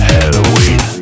Halloween